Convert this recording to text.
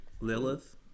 Lilith